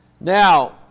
Now